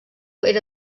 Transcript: era